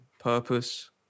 Purpose